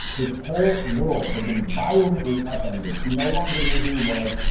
his whole world had been violently upended. he no longer knew who he was,